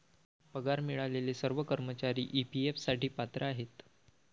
पगार मिळालेले सर्व कर्मचारी ई.पी.एफ साठी पात्र आहेत